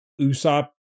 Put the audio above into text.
Usopp